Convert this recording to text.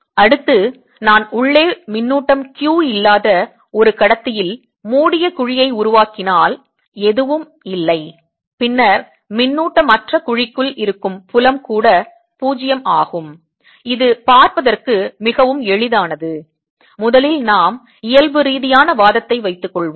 அடுத்து நான் உள்ளே மின்னூட்டம் q இல்லாத ஒரு கடத்தியில் மூடிய குழியை உருவாக்கினால் எதுவும் இல்லை பின்னர் மின்னூட்டம் அற்ற குழிக்குள் இருக்கும் புலம் கூட 0 ஆகும் இது பார்ப்பதற்கு மிகவும் எளிதானது முதலில் நாம் இயல்பு ரீதியான வாதத்தை வைத்துக்கொள்வோம்